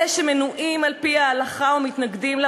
אלה שמנועים על-פי ההלכה ומתנגדים לה